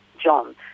John